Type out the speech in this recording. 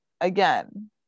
again